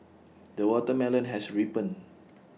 the watermelon has ripened